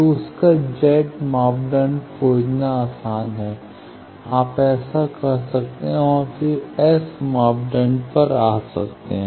तो उनका Z मापदंड खोजना आसान है आप ऐसा कर सकते हैं और फिर S मापदंड पर आ सकते हैं